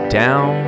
down